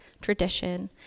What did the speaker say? tradition